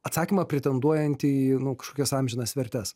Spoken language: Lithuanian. atsakymą pretenduojantį į nu kažkokias amžinas vertes